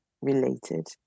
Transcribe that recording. related